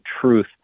truth